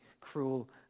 cruel